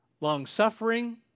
long-suffering